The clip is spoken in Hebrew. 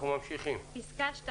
פסקה (10)